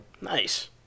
Nice